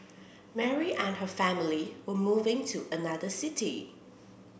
Mary and her family were moving to another city